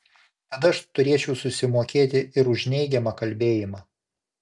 tada aš turėčiau susimokėti ir už neigiamą kalbėjimą